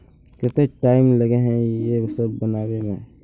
केते टाइम लगे है ये सब बनावे में?